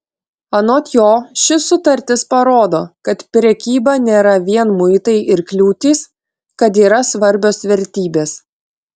anot jo ši sutartis parodo kad prekyba nėra vien muitai ir kliūtys kad yra svarbios vertybės